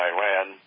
Iran